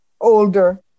older